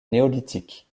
néolithique